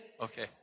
Okay